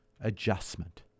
adjustment